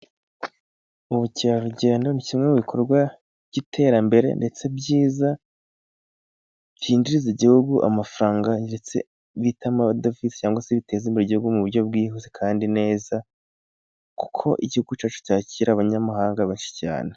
Ubukerarugendo ni kimwe mu bikorwa by'iterambere , ndetse byiza byinjiza igihugu amafaranga bita abadovize, cyangwa se biteza imbere igihugu, mu buryo bwihuse kandi neza, kuko igihugu cyacu cyakira abanyamahanga bake cyane.